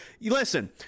Listen